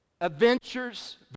adventures